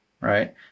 right